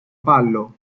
palo